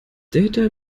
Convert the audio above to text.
data